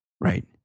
Right